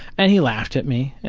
and he laughed at me.